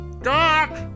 doc